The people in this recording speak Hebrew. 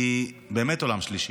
היא באמת עולם שלישי.